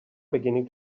beginning